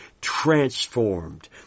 Transformed